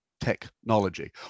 technology